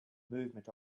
movement